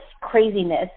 craziness